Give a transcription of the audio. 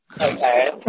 Okay